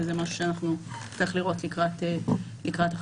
וזה משהו שנצטרך לראות לקראת החקיקה.